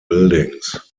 buildings